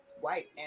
white